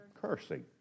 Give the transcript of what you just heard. cursing